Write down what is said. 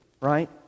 Right